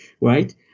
right